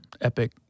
epic